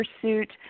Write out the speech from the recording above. pursuit